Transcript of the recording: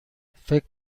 فکر